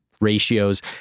ratios